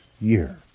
year